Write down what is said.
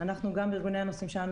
אנחנו גם בארגוני הנוסעים שלנו,